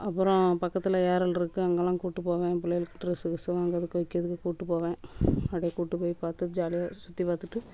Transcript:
அப்புறம் பக்கத்தில் ஏரல் இருக்குது அங்கேலாம் கூடிட்டு போவேன் என் பிள்ளைகளுக்கு ட்ரெஸ்ஸு கிஸ்ஸு வாங்குறதுக்கு வைக்கிறதுக்கு கூடிட்டு போவேன் அப்படே கூடிட்டு போய் பார்த்து ஜாலியாக சுற்றி பார்த்துட்டு